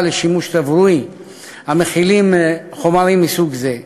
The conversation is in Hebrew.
לשימוש תברואי המכילים חומרים מסוג זה.